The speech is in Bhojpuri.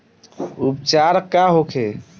उपचार का होखे?